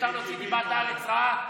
מותר להוציא את דיבת הארץ רעה,